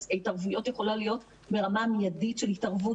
והתערבות יכולה להיות ברמה מיידית של התערבות